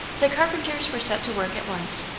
the carpenters were set to work at once,